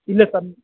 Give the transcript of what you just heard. ಇಲ್ಲ ಸರ್